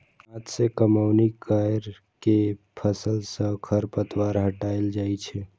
हाथ सं कमौनी कैर के फसल सं खरपतवार हटाएल जाए छै